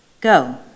go